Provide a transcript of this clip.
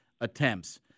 attempts